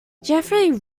jeffery